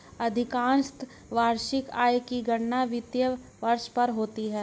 अधिकांशत वार्षिक आय की गणना वित्तीय वर्ष पर होती है